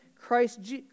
Christ